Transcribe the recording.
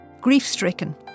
Grief-stricken